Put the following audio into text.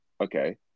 okay